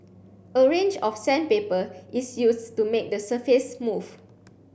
a range of sandpaper is used to make the surface smooth